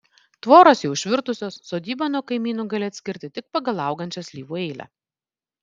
tvoros jau išvirtusios sodybą nuo kaimynų gali atskirti tik pagal augančią slyvų eilę